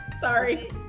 sorry